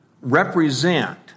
represent